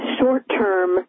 short-term